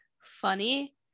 funny